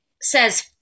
says